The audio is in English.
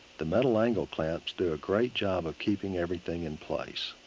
the metal angle clamps do a great job of keeping everything in place.